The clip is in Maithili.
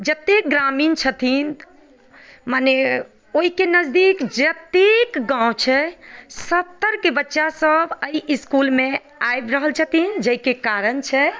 जतेक ग्रामीण छथिन मने ओहिके नजदीक जतेक गाँव छै सभतरिके बच्चासभ एहि इस्कुलमे आबि रहल छथिन जाहिके कारण छै